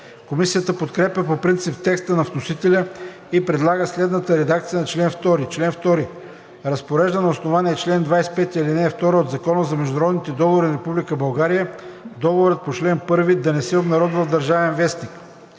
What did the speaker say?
Комисията подкрепя по принцип текста на вносителя и предлага следната редакция на чл. 2: „Чл. 2. Разпорежда на основание чл. 25, ал. 2 от Закона за международните договори на Република България Договорът по чл. 1 да не се обнародва в „Държавен вестник“.“